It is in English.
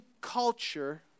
culture